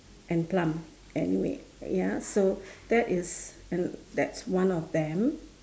and plum anyway ya so that is and that's one of them